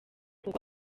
kuko